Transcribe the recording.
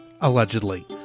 allegedly